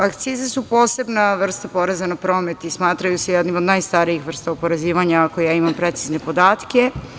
Akcize su posebna vrsta poreza na promet i smatraju se jednim od najstarijih vrsta oporezivanja, ako ja imam precizne podatke.